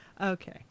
Okay